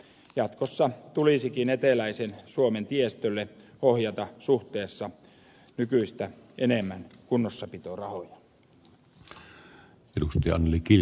jatkossa tulisikin eteläisen suomen tiestölle ohjata suhteessa nykyistä enemmän kunnossapitorahoja